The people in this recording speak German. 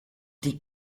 die